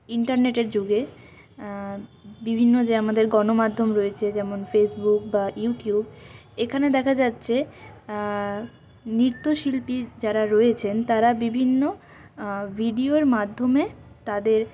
ইন্টারনেটের যুগে বিভিন্ন যে আমাদের গণমাধ্যম রয়েছে যেমন ফেসবুক বা ইউটিউব এখানে দেখা যাচ্ছে নৃত্যশিল্পী যারা রয়েছেন তারা বিভিন্ন ভিডিয়োর মাধ্যমে তাদের